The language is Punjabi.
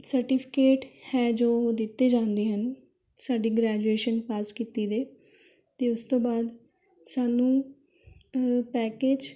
ਸਰਟੀਫਿਕੇਟ ਹੈ ਜੋ ਦਿੱਤੇ ਜਾਂਦੇ ਹਨ ਸਾਡੀ ਗ੍ਰੈਜੂਏਸ਼ਨ ਪਾਸ ਕੀਤੀ ਦੇ ਅਤੇ ਉਸ ਤੋਂ ਬਾਅਦ ਸਾਨੂੰ ਪੈਕੇਜ